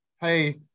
Hey